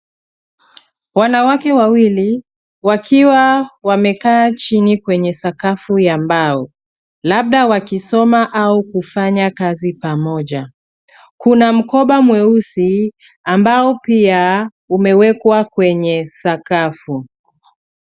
Wanawake wawili, wakiwa wamekaa chini kwenye sakafu ya mbao, labda wakisoma au kufanya kazi pamoja. Kuna mkoba mweusi ambao pia umewekwa kwenye sakafu.